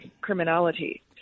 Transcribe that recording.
criminality